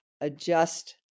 adjust